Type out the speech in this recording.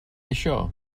això